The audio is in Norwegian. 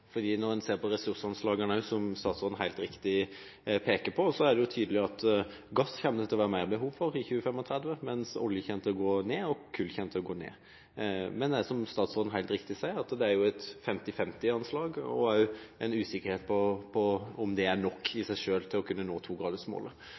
Når en ser på ressursanslagene, som statsråden helt riktig peker på, er det tydelig at det er gass det kommer til å være mer behov for i 2035, mens behovet for olje og kull kommer til å gå ned. Men det er som statsråden helt riktig sier, et 50-50 anslag. Det er en usikkerhet i om det i seg selv er nok